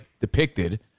depicted